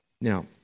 Now